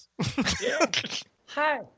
Hi